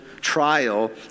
trial